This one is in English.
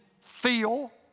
feel